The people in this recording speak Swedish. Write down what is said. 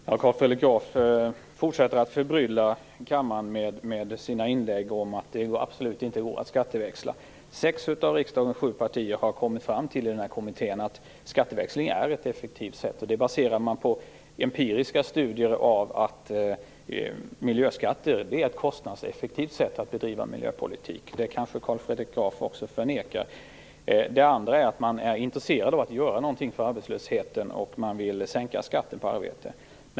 Herr talman! Carl Fredrik Graf fortsätter att förbrylla kammaren med sina inlägg om att det absolut inte går att skatteväxla. Sex av riksdagens sju partier har i kommittén kommit fram till att skatteväxling är effektiv. Det baserar man på empiriska studier av att miljöskatter är ett kostnadseffektivt sätt att bedriva miljöpolitik. Också det kanske Carl Fredrik Graf förnekar. Vidare är man intresserad av att göra någonting åt arbetslösheten och vill sänka skatten på arbete.